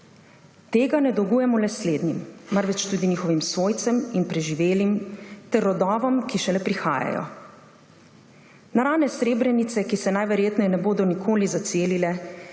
Tega ne dolgujemo le slednjim, marveč tudi njihovim svojcem in preživelim ter vdovam, ki šele prihajajo. Na rane Srebrenice, ki se najverjetneje ne bodo nikoli zacelile,